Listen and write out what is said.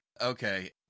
Okay